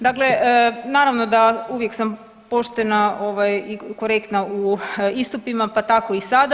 Dakle, naravno da uvijek sam poštena i korektna u istupima, pa tako i sada.